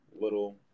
little